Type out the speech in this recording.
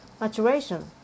maturation